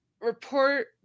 report